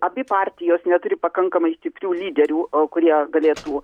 abi partijos neturi pakankamai stiprių lyderių o kurie galėtų